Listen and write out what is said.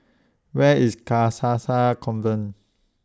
Where IS Convent